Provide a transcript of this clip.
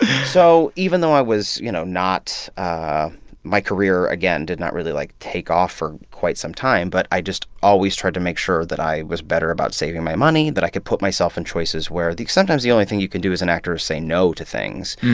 so even though i was, you know, not my career, again, did not really, like, take off for quite some time. but i just always tried to make sure that i was better about saving my money, that i could put myself in choices where the sometimes the only thing you can do as an actor is say no to things.